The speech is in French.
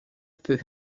peu